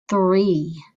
three